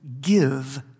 give